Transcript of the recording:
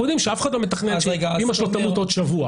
יודעים שאף אחד לא מתכנן שאימא שלו תמות בעוד שבוע.